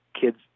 kids